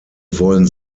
wollen